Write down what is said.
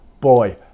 boy